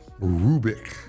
Rubik